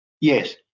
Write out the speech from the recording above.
Yes